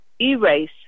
erase